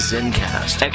Zencast